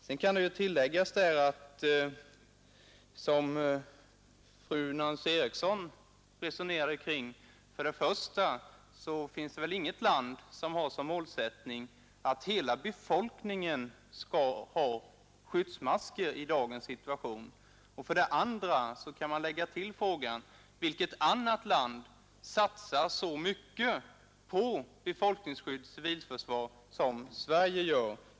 Sedan kan det ju tilläggas, som fru Nancy Eriksson resonerade kring: För det första finns det väl inget land som har som målsättning att hela befolkningen skall ha skyddsmasker i dagens situation. För det andra kan man för att få litet balans i diskussionen lägga till frågan: Vilket annat land satsar så mycket på befolkningsskydd och civilförsvar som Sverige gör?